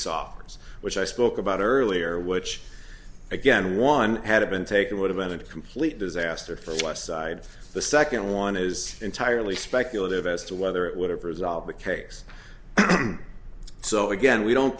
softness which i spoke about earlier which again one had been taken would have been a complete disaster for west side the second one is entirely speculative as to whether it would have resolved the case so again we don't